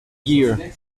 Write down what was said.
year